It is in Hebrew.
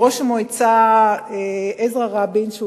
מעזרא רבינס,